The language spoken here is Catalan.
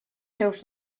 seus